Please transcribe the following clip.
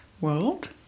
world